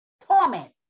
torment